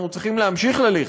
אנחנו צריכים להמשיך ללכת,